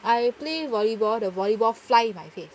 I play volleyball the volleyball fly in my face